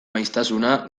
maiztasuna